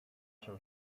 się